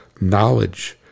knowledge